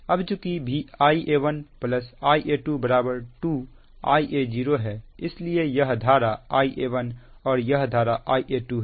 अब चुकी Ia1 Ia2 2Ia0 है इसलिए यह धारा Ia1 और यह धारा Ia2है